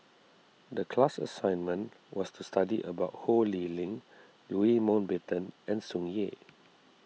the class assignment was to study about Ho Lee Ling Louis Mountbatten and Tsung Yeh